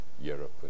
Europe